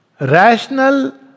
rational